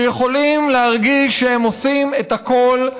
שיכולים להרגיש שהם עושים את הכול,